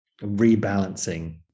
rebalancing